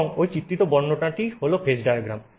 এবং ওই চিত্রিত বর্ণনাটিই হল ফেজ ডায়াগ্রাম